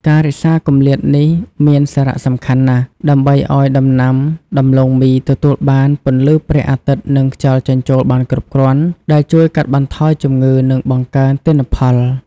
ការរក្សាគម្លាតនេះមានសារៈសំខាន់ណាស់ ដើម្បីឱ្យដំណាំដំឡូងមីទទួលបាន ពន្លឺព្រះអាទិត្យ និងខ្យល់ចេញចូលបានគ្រប់គ្រាន់ ដែលជួយកាត់បន្ថយជំងឺ និងបង្កើនទិន្នផល។